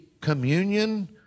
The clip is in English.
communion